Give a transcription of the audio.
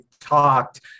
talked